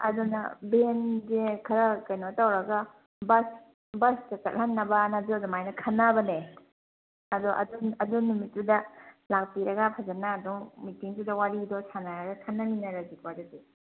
ꯑꯗꯨꯅ ꯚꯦꯟꯁꯦ ꯈꯔ ꯀꯩꯅꯣ ꯇꯧꯔꯒ ꯕꯁꯇ ꯆꯠꯍꯜꯅꯕꯅ ꯑꯗꯨꯃꯥꯏꯅ ꯈꯟꯅꯕꯅꯦ ꯑꯗꯣ ꯑꯗꯨꯝ ꯑꯗꯨ ꯅꯨꯃꯤꯠꯇꯨꯗ ꯂꯥꯛꯄꯤꯔꯒ ꯐꯖꯅ ꯑꯗꯨꯝ ꯃꯤꯇꯤꯡꯗꯨꯗ ꯋꯥꯔꯤꯗꯣ ꯁꯥꯟꯅꯔꯒ ꯈꯟꯅꯃꯤꯟꯅꯔꯁꯤꯀꯣ ꯑꯗꯨꯗꯤ